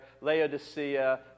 Laodicea